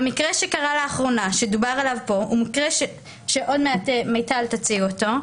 המקרה שקרה לאחרונה שעוד מעט מיטל תציג אותו,